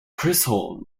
chisholm